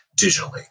digitally